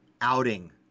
outing